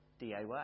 DIY